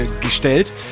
gestellt